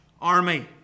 army